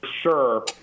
sure –